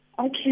Okay